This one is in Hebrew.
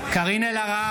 אלהרר,